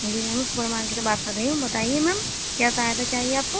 جی ma'am super market سے بات کر رہی ہوں بتائیے میم کیا سہایتہ چاہیے آپ کو